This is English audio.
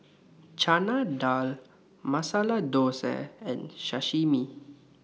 Chana Dal Masala Dosa and Sashimi